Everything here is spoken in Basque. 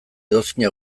edozein